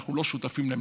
שאנחנו לא שותפים להם,